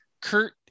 Kurt